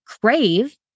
crave